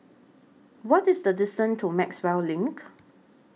What IS The distance to Maxwell LINK